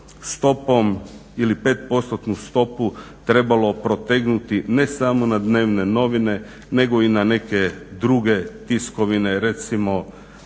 se da bi 5%-tnu stopu trebalo protegnuti ne samo na dnevne novine, nego i na neke druge tiskovine, recimo